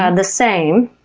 and the same,